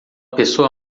pessoa